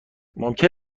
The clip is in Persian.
ممکن